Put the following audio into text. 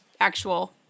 actual